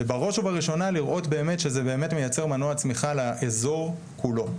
ובראש ובראשונה לראות באמת שזה מייצר מנוע צמחיה לאזור כולו.